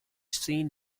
seen